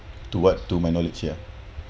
to what to my knowledge ya